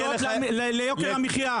תהיה לך --- אלה עובדות ליוקר המחייה.